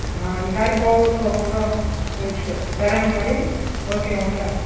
ఈసారి పోగొట్టుకోకుండా ఉంచుకో సరేనా మరి ఓకే ఉంటా